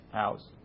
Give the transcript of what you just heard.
house